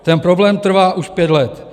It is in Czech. Ten problém trvá už pět let.